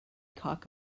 cock